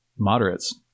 moderates